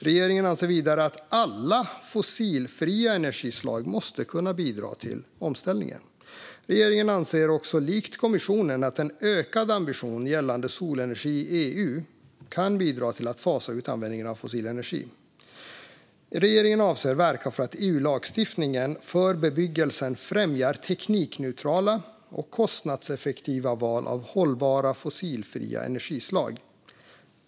Regeringen anser vidare att alla fossilfria energislag måste kunna bidra till omställningen. Regeringen anser också, likt kommissionen, att en ökad ambition gällande solenergi i EU kan bidra till att fasa ut användningen av fossil energi. Regeringen avser att verka för att EU-lagstiftningen för bebyggelsen ska främja teknikneutrala och kostnadseffektiva val av hållbara fossilfria energislag.